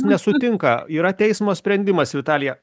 nesutinka yra teismo sprendimas vitalija